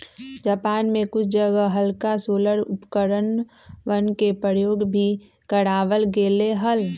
Japan में कुछ जगह हल्का सोलर उपकरणवन के प्रयोग भी करावल गेले हल